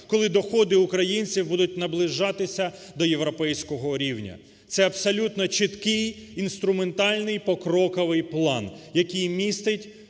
коли доходи українців будуть наближатися до європейського рівня, це абсолютно чіткий, інструментальний, покроковий план, який містить